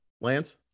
Lance